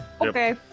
Okay